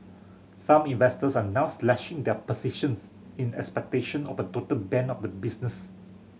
some investors are now slashing their positions in expectation of a total ban of the business